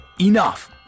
Enough